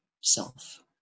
self